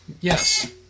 Yes